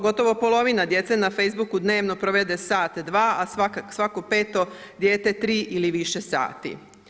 Gotovo polovina djece na Facebooku dnevno provede sat, dva, a svako peto dijete 3 ili više sati.